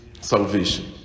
salvation